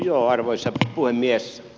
joo arvoisa puhemies